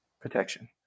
protection